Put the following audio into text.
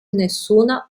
nessuna